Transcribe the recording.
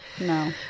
No